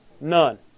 None